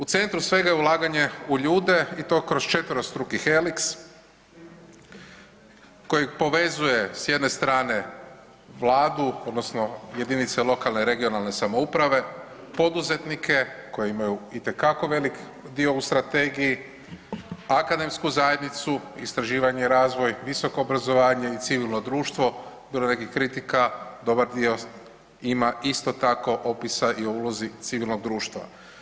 U centru svega je ulaganje u ljude i četverostruki heliks kojeg povezuje s jedne strane Vladu odnosno jedinice lokalne i regionalne samouprave, poduzetnike koji imaju itekako velik dio u strategiji, akademsku zajednicu, istraživanje i razvoj, visoko obrazovanje i civilno društvo, bilo je nekih kritika dobar dio ima isto tako opisa i o ulozi civilnog društva.